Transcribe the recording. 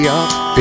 up